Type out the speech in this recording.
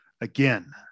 again